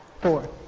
Four